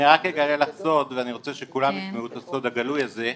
אני רק אגלה לך סוד ואני רוצה שישמעו את הסוד הגלוי הזה.